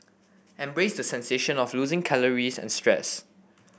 embrace the sensation of losing calories and stress